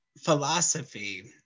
philosophy